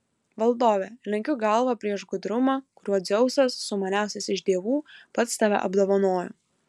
valdove lenkiu galvą prieš gudrumą kuriuo dzeusas sumaniausias iš dievų pats tave apdovanojo